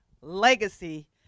legacy